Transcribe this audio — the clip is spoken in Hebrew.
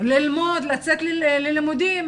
לצאת ללימודים.